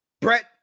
Brett